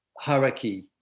hierarchy